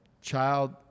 child